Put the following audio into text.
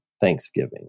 Thanksgiving